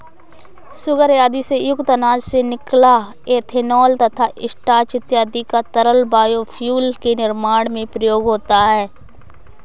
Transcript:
sugar आदि से युक्त अनाज से निकला इथेनॉल तथा स्टार्च इत्यादि का तरल बायोफ्यूल के निर्माण में प्रयोग होता है